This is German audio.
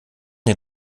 den